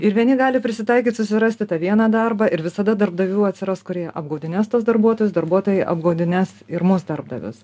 ir vieni gali prisitaikyt susirasti tą vieną darbą ir visada darbdavių atsiras kurie apgaudinės tuos darbuotojus darbuotojai apgaudinės ir mus darbdavius